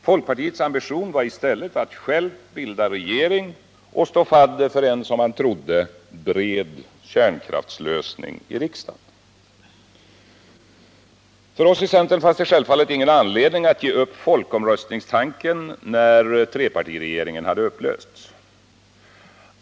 Folkpartiets ambition var i stället att självt bilda regering och stå fadder för en, som man trodde, bred kärnkraftslösning i riksdagen. För oss i centern fanns det självfallet ingen anledning att ge upp folkomröstningstanken när trepartiregeringen hade upplösts.